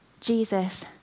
Jesus